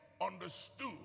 understood